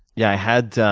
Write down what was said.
yeah i had a